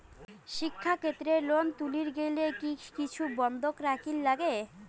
শিক্ষাক্ষেত্রে লোন তুলির গেলে কি কিছু বন্ধক রাখিবার লাগে?